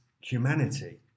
humanity